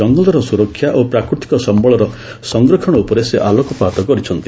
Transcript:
କଙ୍ଗଲର ସୁରକ୍ଷା ଓ ପ୍ରାକୃତିକ ସମ୍ଭଳର ସଂରକ୍ଷଣ ଉପରେ ସେ ଆଲୋକପାତ କରିଛନ୍ତି